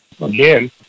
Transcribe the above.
again